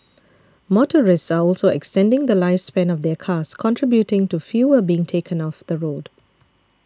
motorists are also extending the lifespan of their cars contributing to fewer being taken off the road